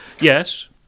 yes